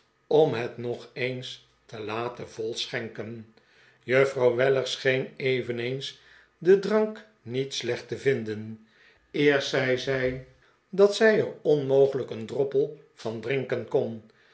om het nog eens te laten vol schenken juffrouw weller scheen eveneens den drank niet slecht te vindeh eerst zei zij dat zij er onmogelijk een droppel van drinken kon